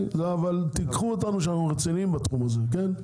קחו אותנו שאנחנו רציניים בתחום הזה.